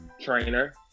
trainer